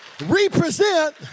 represent